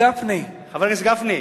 גפני, יושב-ראש ועדת הכספים,